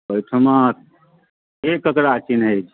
ओइठमा के ककरा चिन्है छै